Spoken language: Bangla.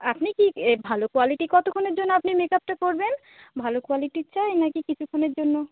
আপনি কি এ ভালো কোয়ালিটি কতক্ষণের জন্য আপনি মেকআপটা করবেন ভালো কোয়ালিটির চাই না কি কিছুক্ষণের জন্য